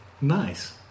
nice